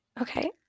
okay